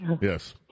Yes